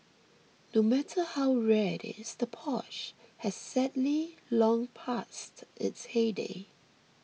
no matter how rare it is the Porsche has sadly long passed its heyday